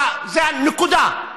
נקודה.